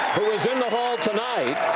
who is in the hall tonight,